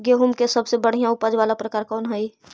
गेंहूम के सबसे बढ़िया उपज वाला प्रकार कौन हई?